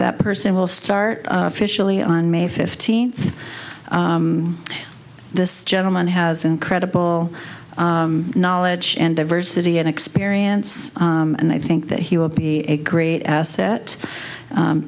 that person will start officially on may fifteenth this gentleman has incredible knowledge and diversity and experience and i think that he will be a great asset